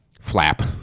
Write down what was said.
flap